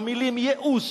המלים "ייאוש",